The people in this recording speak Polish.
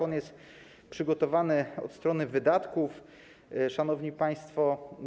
On jest przygotowany od strony wydatków, szanowni państwo.